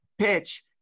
PITCH